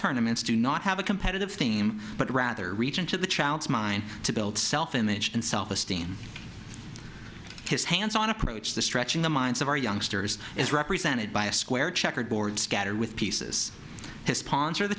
tournaments do not have a competitive team but rather reach into the child's mind to build self image and self esteem his hands on approach to stretching the minds of our youngsters is represented by a square checkerboard scatter with pieces his sponsor the